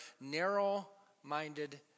narrow-minded